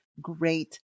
great